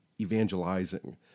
evangelizing